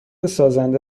سازنده